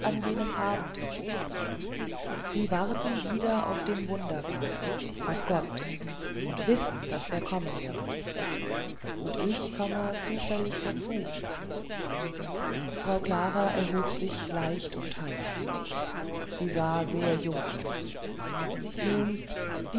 jenem abend ist sie warten wieder auf den wunderbaren auf gott und wissen daß er kommen wird und ich komme zufällig dazu frau klara erhob sich leicht und heiter sie sah sehr jung aus nun